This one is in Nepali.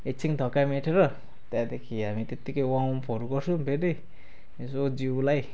एकछिन थकाइ मेटेर त्यहाँदेखि हामी त्यत्तिकै वार्मअपहरू गर्छौँ फेरि यसो जिउलाई